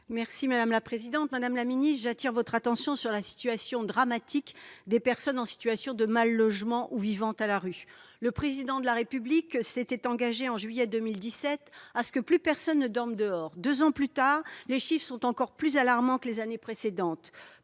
et du logement. Madame la ministre, j'attire votre attention sur la situation dramatique des personnes en situation de mal-logement ou vivant à la rue. Le Président de la République s'était engagé, en juillet 2017, à ce que plus personne ne dorme dehors. Deux ans plus tard, les chiffres sont encore plus alarmants que les années précédentes.